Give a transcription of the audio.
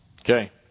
Okay